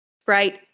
sprite